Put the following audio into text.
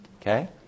Okay